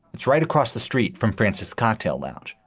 that's right across the street from frances cocktail lounge.